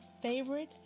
favorite